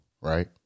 right